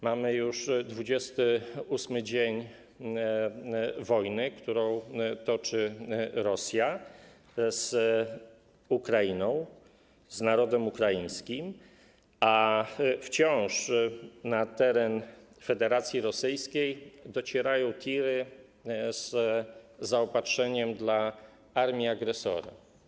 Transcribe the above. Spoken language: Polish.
Mamy już 28. dzień wojny, którą toczy Rosja z Ukrainą, z narodem ukraińskim, a wciąż na teren Federacji Rosyjskiej docierają tiry z zaopatrzeniem dla armii agresora.